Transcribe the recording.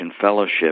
fellowship